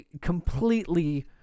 Completely